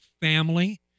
family